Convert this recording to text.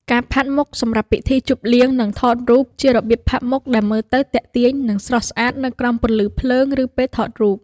ការផាត់មុខសម្រាប់ពិធីជប់លៀង និងថតរូប ជារបៀបផាត់មុខដែលមើលទៅទាក់ទាញ និងស្រស់ស្អាតនៅក្រោមពន្លឺភ្លើង ឬពេលថតរូប។